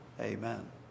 Amen